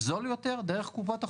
זול יותר דרך קופות החולים,